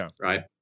right